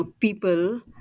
people